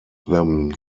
them